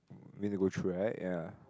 go through right ya